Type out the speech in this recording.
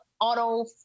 Auto